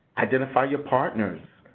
identify your partners.